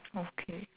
okay